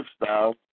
lifestyle